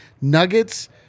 Nuggets